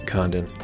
Condon